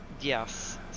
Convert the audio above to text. Yes